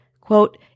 Quote